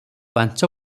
ପାଞ୍ଚ